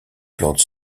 plantes